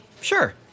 Sure